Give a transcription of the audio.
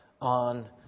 on